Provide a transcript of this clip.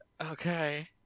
Okay